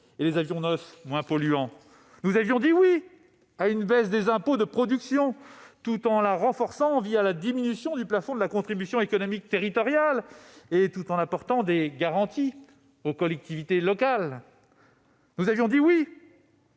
et les avions neufs moins polluants. Nous avons dit « oui » à une baisse des impôts de production, tout en la renforçant la diminution du plafond de la contribution économique territoriale et tout en apportant des garanties aux collectivités locales. Nous avons dit « oui